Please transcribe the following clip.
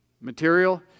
material